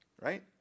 right